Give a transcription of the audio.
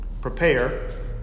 prepare